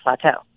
plateau